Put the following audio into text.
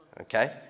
Okay